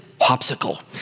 popsicle